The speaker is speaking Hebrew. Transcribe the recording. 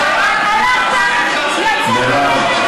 הלכתם,